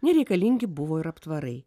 nereikalingi buvo ir aptvarai